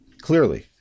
clearly